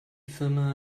firma